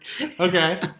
Okay